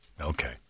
Okay